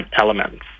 elements